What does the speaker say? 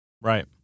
Right